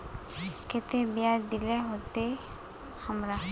केते बियाज देल होते हमरा?